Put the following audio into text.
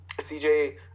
CJ